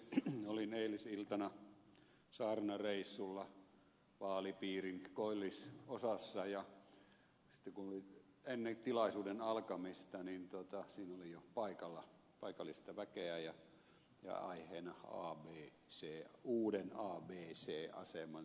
olin eilisiltana saarnareissulla vaalipiirin koillisosassa ja ennen tilaisuuden alkamista siinä oli jo paikalla paikallista väkeä ja aiheena abc uuden abc aseman sijoittuminen